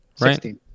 right